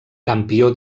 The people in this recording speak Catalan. campió